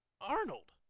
Arnold